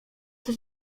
coś